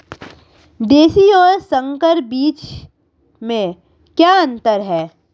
देशी और संकर बीज में क्या अंतर है?